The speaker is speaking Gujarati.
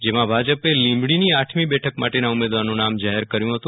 જેમાં ભાજપે લીંબડીની આઠમી બેઠક માટેના ઉમેદવારનું નામ જાહેર કર્યું હતું